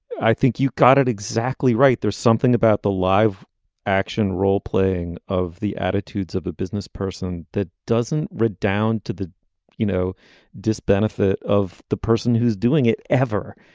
i think you got it exactly right. there's something about the live action role playing of the attitudes of a business person that doesn't redound to the you know dis benefit of the person who's doing it ever.